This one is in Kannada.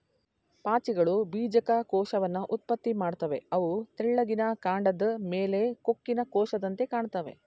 ಪಾಚಿಗಳು ಬೀಜಕ ಕೋಶವನ್ನ ಉತ್ಪತ್ತಿ ಮಾಡ್ತವೆ ಅವು ತೆಳ್ಳಿಗಿನ ಕಾಂಡದ್ ಮೇಲೆ ಕೊಕ್ಕಿನ ಕೋಶದಂತೆ ಕಾಣ್ತಾವೆ